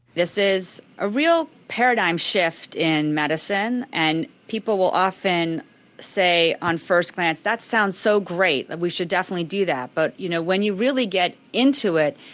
this is a real paradigm shift in medicine. and people will often say on first glance, that sounds so great that we should definitely do that but you know when you really get into it,